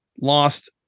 lost